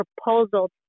proposal